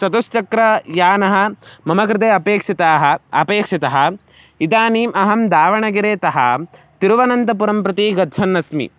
चतुश्चक्रयानः मम कृते अपेक्षिताः अपेक्षितः इदानीम् अहं दावणगेरे तः तिरुवनन्तपुरं प्रति गच्छन्नस्मि